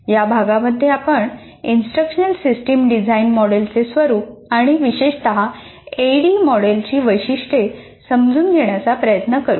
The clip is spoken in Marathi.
या भागामध्ये आपण इंस्ट्रक्शनल सिस्टम डिझाइन मॉडेलचे स्वरूप आणि विशेषत ऍडी मॉडेलची वैशिष्ट्ये समजून घेण्याचा प्रयत्न करू